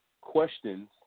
questions